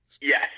Yes